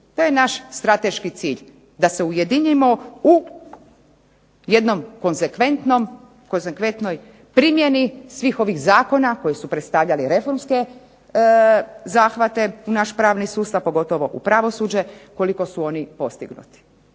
To je naš strateški cilj da se ujedinimo u jednoj konzekventnoj primjeni svih ovih Zakona koji su predstavljali reformske zahvate u naš pravni sustav, pogotovo u pravosuđe koliko su oni postignuti.